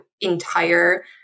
entire